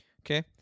Okay